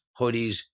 hoodies